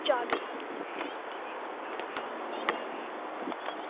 चाली